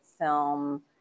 film